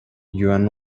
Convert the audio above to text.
yuan